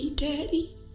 Daddy